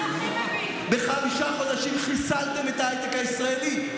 בחמישה חודשים חיסלתם את ההייטק הישראלי.